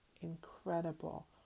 incredible